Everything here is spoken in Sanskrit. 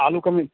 आलुकम्